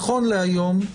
נכון להיום,